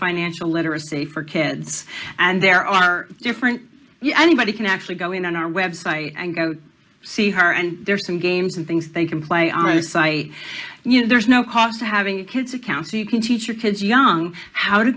financial literacy for kids and there are different you know anybody can actually go in on our website and go see her and there are some games and things they can play on the site you know there's no cost to having kids account so you can teach your kids young how to